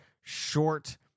short